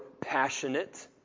passionate